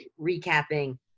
recapping